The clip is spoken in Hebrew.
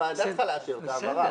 הוועדה צריכה לאשר את ההעברה.